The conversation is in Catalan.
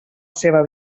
seua